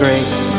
Grace